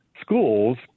schools